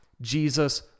Jesus